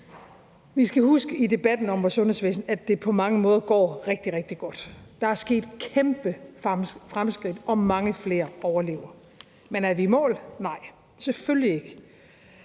Vi skal huske i debatten om vores sundhedsvæsen, at det på mange måder går rigtig, rigtig godt. Der er sket kæmpe fremskridt, og mange flere overlever. Men er vi i mål? Nej, selvfølgelig ikke.